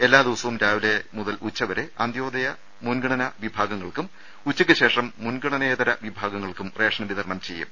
എല്ലാ ദിവസവും രാവിലെ മുതൽ ഉച്ചവരെ അന്ത്യോദയ മുൻഗണന വിഭാഗങ്ങൾക്കും ഉച്ചയ്ക്കു ശേഷം മുൻഗണനേതര വിഭാഗങ്ങൾക്കും റേഷൻ വിതരണം ചെയ്യും